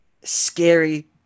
scary